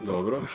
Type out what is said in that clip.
Dobro